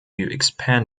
expand